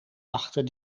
achter